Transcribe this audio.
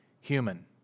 human